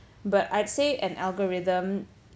but I'd say an algorithm